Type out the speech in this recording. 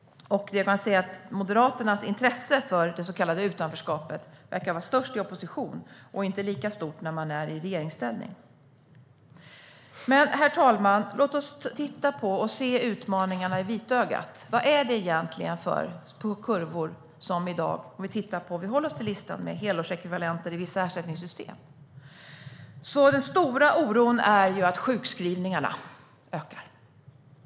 Moderaternas intresse för det så kallade utanförskapet verkar vara störst i opposition och inte lika stort när man är i regeringsställning. Herr talman! Låt oss titta på utmaningarna och se dem i vitögat. Vad visar då kurvorna om vi håller oss till helårsekvivalenter i vissa ersättningssystem? Den stora oron är ju att sjukskrivningarna ökar.